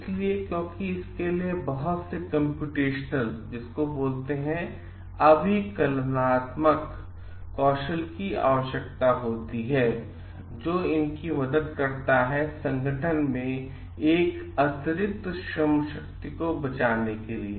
इसलिए क्योंकि इसके लिए बहुत से कम्प्यूटेशनल कौशल की आवश्यकता होती है जो इनकी मदद करता है संगठन में एक अतिरिक्त श्रमशक्ति बचाने के लिए